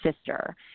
sister